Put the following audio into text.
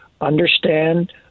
understand